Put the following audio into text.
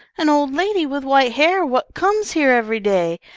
an old lady with white hair what comes here every day.